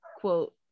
quote